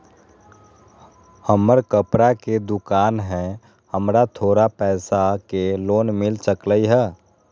हमर कपड़ा के दुकान है हमरा थोड़ा पैसा के लोन मिल सकलई ह?